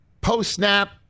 post-snap